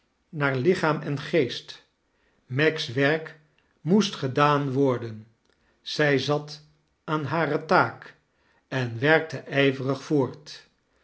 naar lichaam en geest meg's werk moeet gedaan worden zij zat aan hare taak en werkte ijverig voort